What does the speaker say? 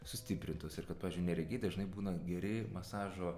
sustiprintos ir kad pavyzdžiui neregiai dažnai būna geri masažo